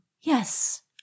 Yes